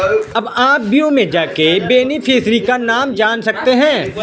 अब आप व्यू में जाके बेनिफिशियरी का नाम जान सकते है